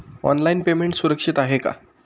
Online payment सुरक्षित आहे का?